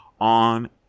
on